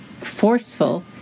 forceful